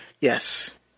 Yes